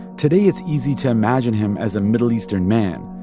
today it's easy to imagine him as a middle eastern man.